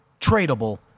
tradable